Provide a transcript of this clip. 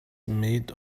made